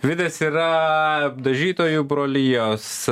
vidas yra dažytojų brolijos